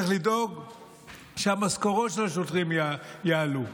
צריך לדאוג שהמשכורות של השוטרים יעלו,